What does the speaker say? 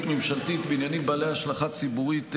ממשלתית בעניינים בעלי השלכה ציבורית רחבה.